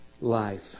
life